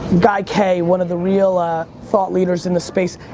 guy k, one of the real ah thought leaders in this space.